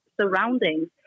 surroundings